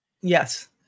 yes